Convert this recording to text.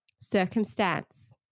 circumstance